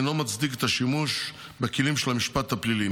אינו מצדיק את השימוש בכלים של המשפט הפלילי.